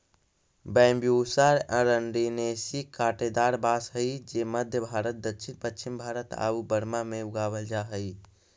Bambusa arundinacea काँटेदार बाँस हइ जे मध्म भारत, दक्षिण पश्चिम भारत आउ बर्मा में उगावल जा हइ